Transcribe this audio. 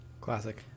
Classic